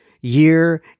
year